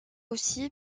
aussi